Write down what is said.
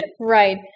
Right